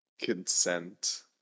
consent